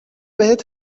بهت